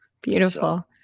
beautiful